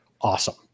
awesome